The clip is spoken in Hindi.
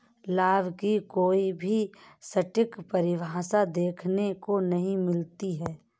लाभ की कोई भी सटीक परिभाषा देखने को नहीं मिलती है